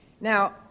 Now